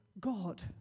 God